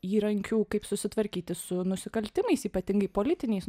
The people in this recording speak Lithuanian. įrankių kaip susitvarkyti su nusikaltimais ypatingai politiniais